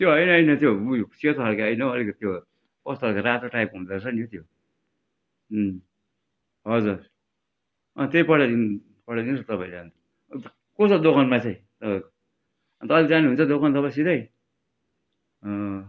त्यो होइन होइन त्यो उयो सेतो खालको होइन हो अलिक त्यो कस्तो खालको रातो टाइपको हुँदोरहेछ नि हो त्यो हजुर अँ त्यही पठाइदिनु पठाइदिनु होस् तपाईँले अन्त को छ दोकानमा चाहिँ तपाईँको अन्त अहिले जानुहुन्छ दोकान तपाईँ सिधै अँ